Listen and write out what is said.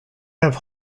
have